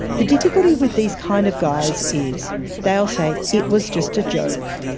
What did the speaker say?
the difficulty with these kind of guys is they'll say, it was just a joke.